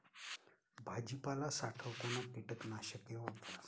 भाजीपाला साठवताना कीटकनाशके वापरा